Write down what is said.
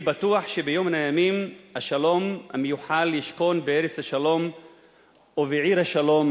אני בטוח שביום מן הימים השלום המיוחל ישכון בארץ השלום ובעיר השלום,